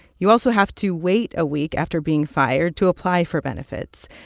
you also have to wait a week after being fired to apply for benefits,